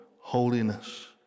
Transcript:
holiness